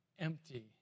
empty